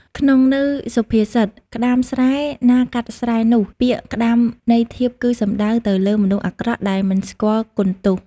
ក្នុងនៅសុភាសិត ក្តាមស្រែណាកាត់ស្រែនោះ ពាក្យ ក្តាមន័យធៀប គឺសំដៅទៅលើមនុស្សអាក្រក់ ដែលមិនស្គាល់គុណទោស។